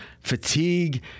Fatigue